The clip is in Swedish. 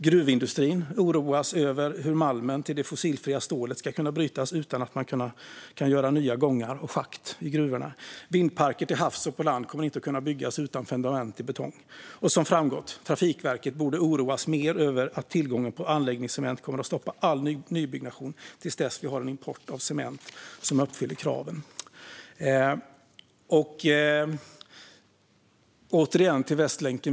Gruvindustrin oroas över hur malmen till det fossilfria stålet ska kunna brytas utan att man kan göra nya gångar och schakt i gruvorna. Vindparker till havs och på land kommer inte att kunna byggas utan fundament i betong. Och som framgått borde Trafikverket oroas mer över att den bristande tillgången på anläggningscement kommer att stoppa all nybyggnation till dess vi har en import av cement som uppfyller kraven. Åter till Västlänken.